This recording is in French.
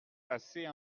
assez